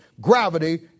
gravity